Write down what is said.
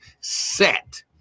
set